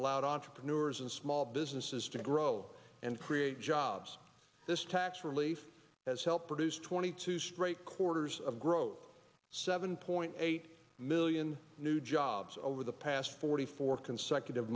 loud entrepreneurs and small businesses to grow and create jobs this tax relief has helped produce twenty two straight quarters of growth seven point eight million new jobs over the past forty four consecutive